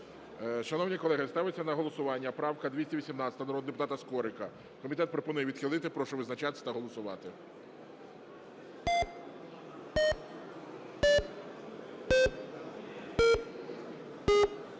Шановні колеги, ставиться на голосування правка 218 народного депутата Скорика. Комітет пропонує відхилити. Прошу визначатись та голосувати.